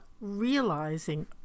realizing